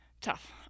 tough